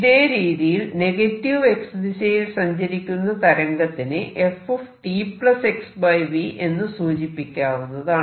ഇതേ രീതിയിൽ negative X ദിശയിൽ സഞ്ചരിക്കുന്ന തരംഗത്തിനെ f t xv എന്ന് സൂചിപ്പിക്കാവുന്നതാണ്